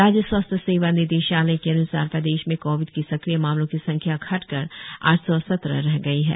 राज्य स्वास्थ्य सेवा निदेशालय के अनुसार प्रदेश में कोविड के सक्रिय मामलों की संख्या घटकर आठ सौ सत्रह रह गई है